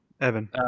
Evan